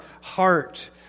heart